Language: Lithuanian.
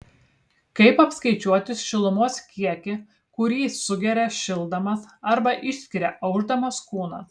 kaip apskaičiuoti šilumos kiekį kurį sugeria šildamas arba išskiria aušdamas kūnas